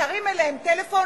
תרים אליהם טלפון,